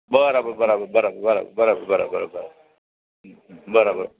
બરાબર બરાબર બરાબર બરાબર બરાબર બરાબર હં હં બરાબર બરાબર